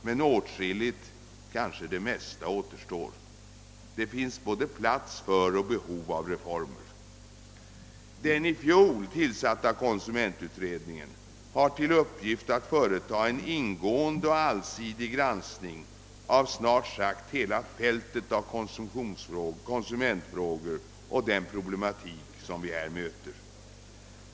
Men åtskilligt, kanske det mesta, återstår. Det finns både plats för och behov av reformer. Den i fjol tillsatta konsumentutredningen har till uppgift att företa en ingående och allsidig granskning av snart sagt hela fältet av konsumentfrågor och den problematik som vi här möter.